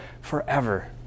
forever